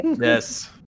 Yes